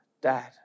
Dad